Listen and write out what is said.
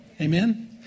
Amen